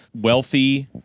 wealthy